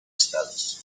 estados